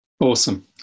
Awesome